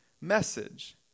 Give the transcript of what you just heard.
message